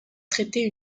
traiter